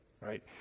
Right